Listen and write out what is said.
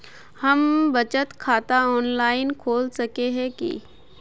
हम बचत खाता ऑनलाइन खोल सके है की?